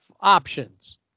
options